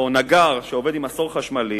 או נגר שעובד עם מסור חשמלי.